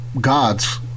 gods